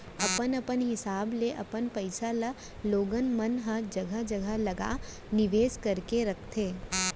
अपन अपन हिसाब ले अपन पइसा ल लोगन मन ह जघा जघा लगा निवेस करके रखथे